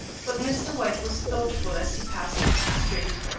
but mr. white was thoughtful as he passed into the street.